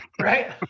Right